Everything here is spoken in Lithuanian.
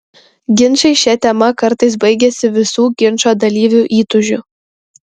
ginčai šia tema kartais baigiasi visų ginčo dalyvių įtūžiu